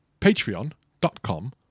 Patreon.com